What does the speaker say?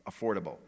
affordable